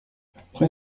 après